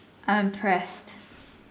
I'm impressed